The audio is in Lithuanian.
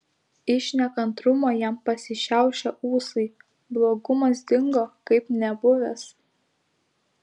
iš nekantrumo jam pasišiaušė ūsai blogumas dingo kaip nebuvęs